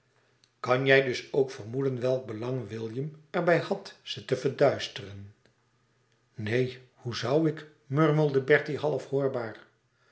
kan jij dus ook vermoeden welk belang william er bij had ze te verduisteren neen hoe zoû ik murmelde bertie half hoorbaar